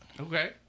okay